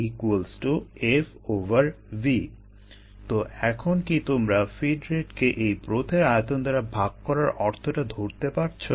DFV তো এখন কি তোমরা ফিড রেটকে এই ব্রথের আয়তন দ্বারা ভাগ করার অর্থটা ধরতে পারছো